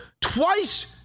twice